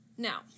Now